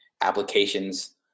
applications